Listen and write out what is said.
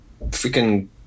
freaking